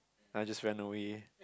then I just ran away